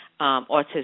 autism